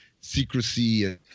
secrecy